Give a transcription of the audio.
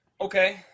Okay